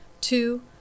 two